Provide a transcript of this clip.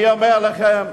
אני אומר לכם,